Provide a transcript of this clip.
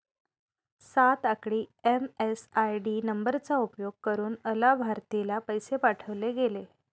सात आकडी एम.एम.आय.डी नंबरचा उपयोग करुन अलाभार्थीला पैसे पाठवले गेले